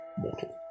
mortal